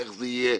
איך זה יהיה,